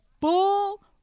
full